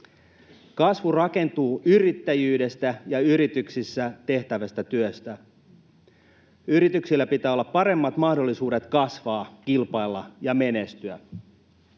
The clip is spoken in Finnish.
Kasvu rakentuu yrittäjyydestä ja yrityksissä tehtävästä työstä. Yrityksillä pitää olla paremmat mahdollisuudet kasvaa, kilpailla ja menestyä